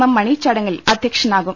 M Mani ചടങ്ങിൽ അധ്യക്ഷനാകും